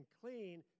clean